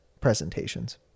presentations